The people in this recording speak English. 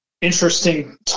interesting